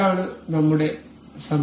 ഇതാണ് നമ്മുടെ സമ്മേളനം